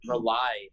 Rely